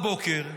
בבוקר.